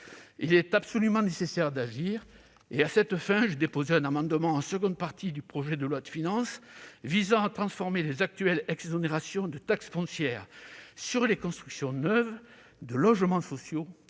Il est absolument nécessaire d'agir. À cette fin, j'ai déposé un amendement en seconde partie du projet de loi de finances visant à transformer les actuelles exonérations de taxe foncière sur les constructions neuves de logements sociaux